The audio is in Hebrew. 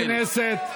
חברי הכנסת,